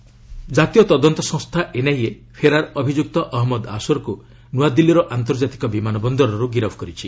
NIA Asar arrest ଜାତୀୟ ତଦନ୍ତ ସଂସ୍ଥା ଏନ୍ଆଇଏ ଫେରାର୍ ଅଭିଯୁକ୍ତ ଅହମ୍ମଦ ଆସରକୁ ନୂଆଦିଲ୍ଲୀର ଆନ୍ତର୍ଜାତିକ ବିମାନ ବନ୍ଦରରୁ ଗିରଫ୍ କରିଛି